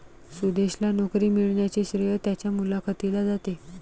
सुदेशला नोकरी मिळण्याचे श्रेय त्याच्या मुलाखतीला जाते